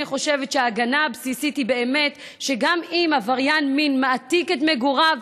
אני חושבת שההגנה הבסיסית היא באמת שגם אם עבריין מין מעתיק את מגוריו,